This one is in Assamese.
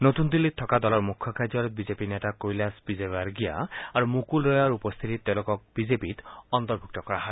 নতুন দিল্লীত থকা দলৰ মুখ্য কাৰ্য্যালয়ত বিজেপিৰ নেতা কৈলাশ বিজয়ৱাৰ্গিয়া আৰু মুকুল ৰয়ৰ উপস্থিতিত তেওঁলোকক বিজেপিত অন্তৰ্ভূক্ত কৰা হয়